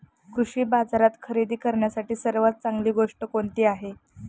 कृषी बाजारात खरेदी करण्यासाठी सर्वात चांगली गोष्ट कोणती आहे?